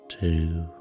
two